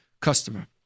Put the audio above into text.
customer